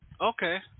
Okay